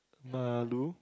Malu